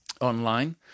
online